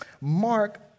Mark